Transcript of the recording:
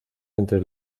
entre